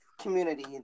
community